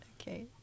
Okay